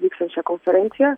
vyksiančią konferenciją